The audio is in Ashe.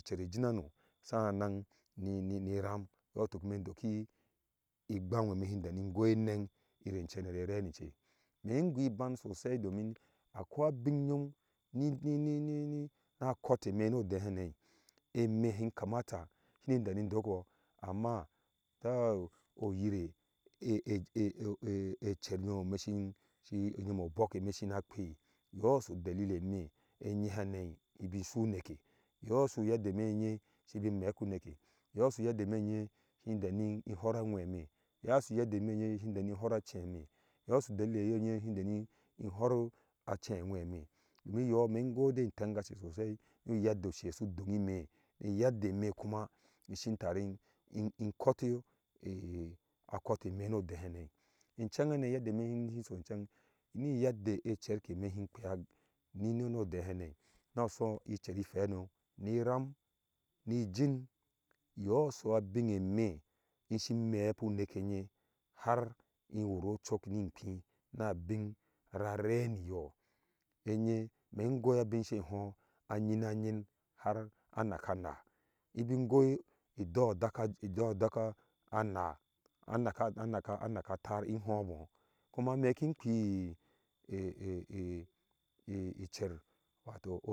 Cer ɛjim hano sanan ni ram yɔɔ tuk i ime ndoki igbam emɛ si deni goi enang ire cene rere nice me gui iban sosai domin akoi abin nyom nini na akɔɔteme nu odehane em e hi kamata sini deni dokbɔh amma oyire er ecer nyome me shishi nyome shina kpei yo su delili ime enye hane mebi su uneke yo su yadda me enye subu meku neke yo su yadda me ɛnye subu meku neke yo su yedde me ɛme si deni hor anwɛ me yo su yadda me ɛnye si deni hor a ceime yo su delilime enye si deni hor a ceiɛ anwɛ me domi yoh me ingode tengashe sosai nu yadda ushe sa dunge me nu odehene inchenghe hane yaddame si so ncheng nu yedde cer keme si kpea ni nuodehene nu sui cer iphei hano ni ram ni ijin yo sa binne me isin mepu neke nye har in wur ocok ni kpina abin rare niyo ɛnye meingoi abinse ho a nyin anyin har anaka naah ibin goi idoh daka idoh daka anaa anaka anaka taar in ho boh kuma me kpea icerwatɔ.